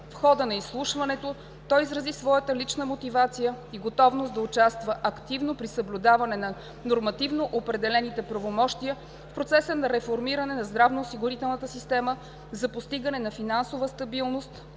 В хода на изслушването той изрази своята лична мотивация и готовност да участва активно, при съблюдаване на нормативно определените правомощия, в процеса на реформиране на здравноосигурителната система за постигане на финансова стабилност,